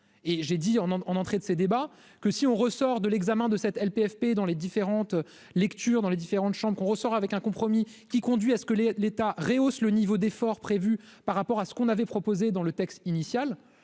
et j'ai dit en en en entrée de ces débats, que si on ressort de l'examen de cette LPFP dans les différentes lectures dans les différentes chambres, on ressort avec un compromis qui conduit à ce que les l'État rehausse le niveau d'effort prévu par rapport à ce qu'on avait proposé dans le texte initial